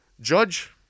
judge